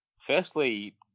firstly